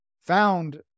found